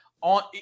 on